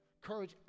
Courage